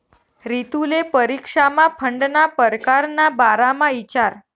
रितुले परीक्षामा फंडना परकार ना बारामा इचारं